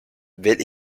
will